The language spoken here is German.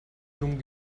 blumen